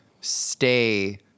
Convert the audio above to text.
stay